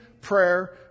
prayer